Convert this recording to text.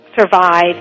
survive